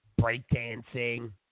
Breakdancing